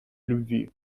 любви